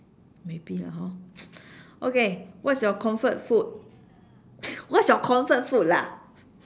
maybe lah hor okay what's your comfort food what's your comfort food lah